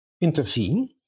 intervene